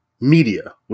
media